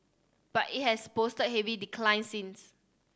but it has posted heavy declines since